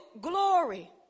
glory